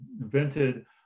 invented